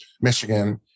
Michigan